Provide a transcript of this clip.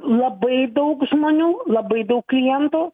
labai daug žmonių labai daug klientų